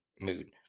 mood